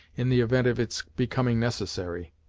in the event of its becoming necessary.